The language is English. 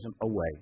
away